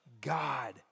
God